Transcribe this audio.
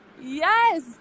yes